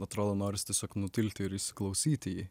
atrodo noris tiesiog nutilti ir įsiklausyti į jį